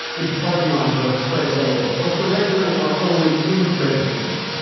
imparting on her credibility or surrendering our own incredibility.